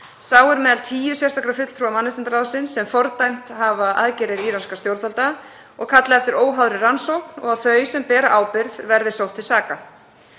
Sá er meðal tíu sérstakra fulltrúa mannréttindaráðsins sem fordæmt hafa aðgerðir íranskra stjórnvalda og kallað eftir óháðri rannsókn og að þau sem beri ábyrgð verði sótt til saka.